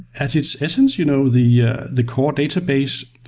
at its essence, you know the yeah the core database